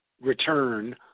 return